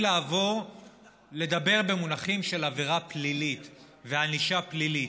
לעבור לדבר במונחים של עבירה פלילית וענישה פלילית.